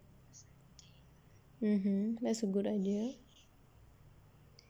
mmhmm that's a good idea